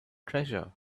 treasure